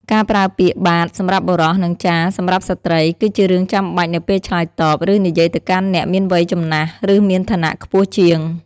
ការប្រើពាក្យ បាទ សម្រាប់បុរស និង ចាស៎ សម្រាប់ស្ត្រី គឺជារឿងចាំបាច់នៅពេលឆ្លើយតប ឬនិយាយទៅកាន់អ្នកមានវ័យចំណាស់ ឬមានឋានៈខ្ពស់ជាង។